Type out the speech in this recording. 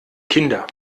kinder